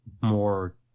more